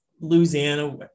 Louisiana